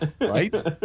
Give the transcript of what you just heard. Right